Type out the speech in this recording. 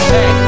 Hey